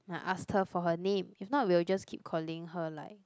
I asked her for her name if not we will just keep calling her like